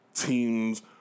teams